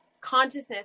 consciousness